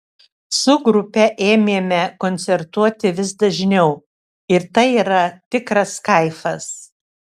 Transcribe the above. su grupe ėmėme koncertuoti vis dažniau ir tai yra tikras kaifas